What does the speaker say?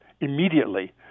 immediately